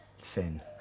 thin